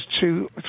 two